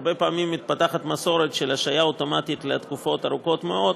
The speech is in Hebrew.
הרבה פעמים מתפתחת מסורת של השעיה אוטומטית לתקופות ארוכות מאוד,